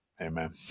amen